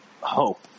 hope